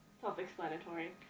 Self-explanatory